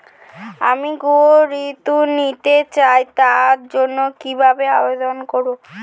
আমি গৃহ ঋণ নিতে চাই তার জন্য কিভাবে আবেদন করব?